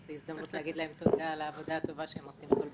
זאת הזדמנות להגיד להם תודה על העבודה הטובה שהם עושים כל בוקר.